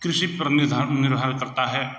कृषि पर निर्भर करता है